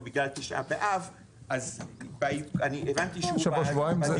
ובגלל תשעה באב אז אני הבנתי --- שבוע-שבועיים זה.